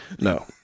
no